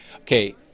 Okay